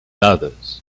others